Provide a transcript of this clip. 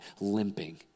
limping